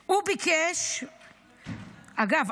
אגב,